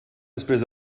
després